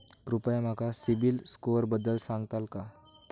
कृपया माका सिबिल स्कोअरबद्दल सांगताल का?